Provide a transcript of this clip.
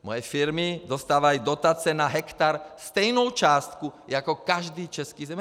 Moje firmy dostávají dotace na hektar stejnou částku jako každý český zemědělec.